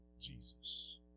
Jesus